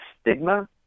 stigma